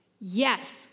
Yes